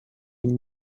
این